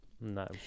No